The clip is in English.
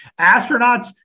astronauts